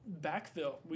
backfill